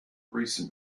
recent